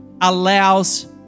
allows